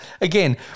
Again